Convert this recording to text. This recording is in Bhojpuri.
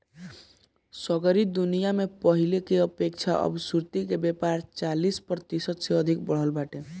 सगरी दुनिया में पहिले के अपेक्षा अब सुर्ती के व्यापार चालीस प्रतिशत से अधिका बढ़ल बाटे